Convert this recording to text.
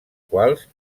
quals